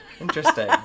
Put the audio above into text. Interesting